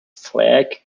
flag